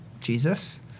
Jesus